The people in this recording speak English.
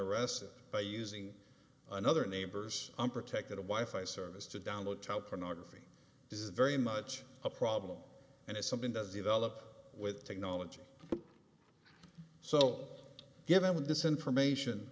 arrested by using another neighbor's unprotected a wife a service to download tell pornography is very much a problem and if something does the elop with technology so given this information